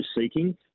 Seeking